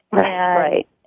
Right